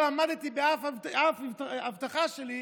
לא עמדתי באף הבטחה שלי,